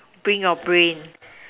bring your brain